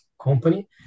company